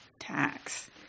tax